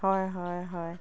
হয় হয় হয়